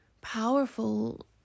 powerful